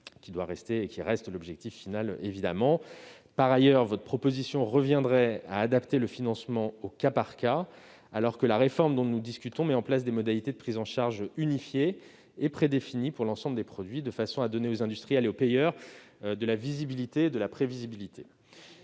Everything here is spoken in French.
qui reste évidemment l'objectif final. Par ailleurs, votre proposition reviendrait à adapter le financement au cas par cas, alors que la réforme dont nous discutons met en place des modalités de prise en charge unifiées et prédéfinies pour l'ensemble des produits, de façon à donner aux industriels et aux payeurs de la visibilité et de la prévisibilité.